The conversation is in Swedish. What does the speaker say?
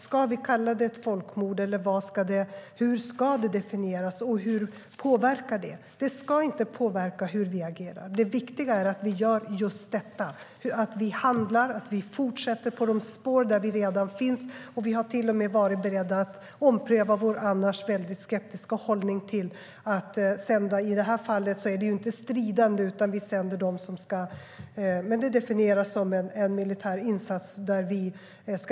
Ska vi kalla det folkmord eller hur ska det definieras, och hur påverkar det? Det ska inte påverka hur vi agerar. Det viktiga är att vi handlar och att vi fortsätter på de spår där vi redan finns. Vi har till och med varit beredda att ompröva vår annars väldigt skeptiska hållning till att hjälpa till att utbilda dem som bekämpar Isil. I det här fallet är det inte stridande, men det definieras som en militär insats.